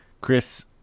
Chris